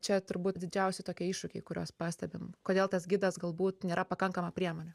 čia turbūt didžiausi tokie iššūkiai kuriuos pastebim kodėl tas gidas galbūt nėra pakankama priemonė